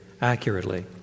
accurately